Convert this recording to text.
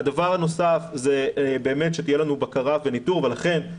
הדבר הנוסף זה באמת שיהיה לנו בקרה וניטור ולכן,